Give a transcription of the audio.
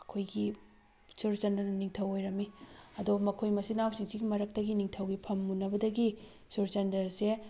ꯃꯈꯣꯏꯒꯤ ꯆꯨꯔꯆꯟꯗ꯭ꯔꯅ ꯅꯤꯡꯊꯧ ꯑꯣꯏꯔꯝꯃꯤ ꯑꯗꯣ ꯃꯈꯣꯏ ꯃꯆꯤꯟ ꯃꯅꯥꯎꯁꯤꯡꯁꯤꯒꯤ ꯃꯔꯛꯇꯒꯤ ꯅꯤꯡꯊꯧꯒꯤ ꯐꯝ ꯃꯨꯟꯅꯕꯗꯒꯤ ꯁꯨꯔꯆꯟꯗ꯭ꯔꯁꯦ